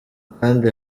kandi